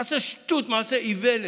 מעשה שטות, מעשה איוולת.